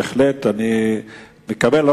מכיוון שההצעה נוגעת, בהחלט, אני מקבל.